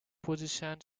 positioned